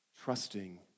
Trusting